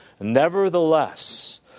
nevertheless